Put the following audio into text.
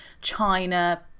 China